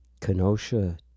Kenosha